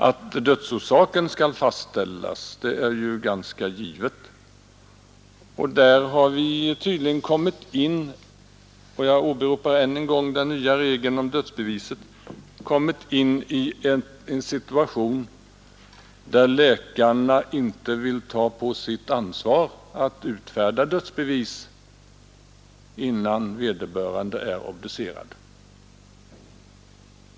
Att dödsorsaken skall fastställas är ganska givet, och där har vi tydligen — jag åberopar än en gång den nya regeln om dödsbeviset — kommit in i en situation där läkarna inte vill ta på sitt ansvar att utfärda dödsbevis, innan vederbörande är obducerad.